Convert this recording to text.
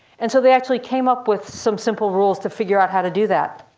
and so they actually came up with some simple rules to figure out how to do that.